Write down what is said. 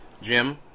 Jim